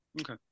Okay